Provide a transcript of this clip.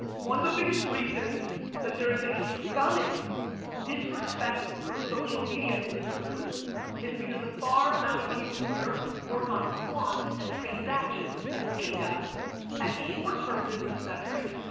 one of the biggest reasons that there is a stunning disrespect for social media in this room is because the far amount of people here work on quant and transactions and data and short-term business metrics,